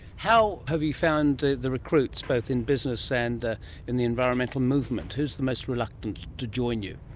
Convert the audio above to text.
how have you found the the recruits, both in business and in the environmental movement? who's the most reluctant to join you?